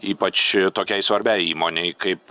ypač tokiai svarbiai įmonei kaip